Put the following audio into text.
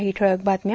काही ठळक बातम्या